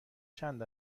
چند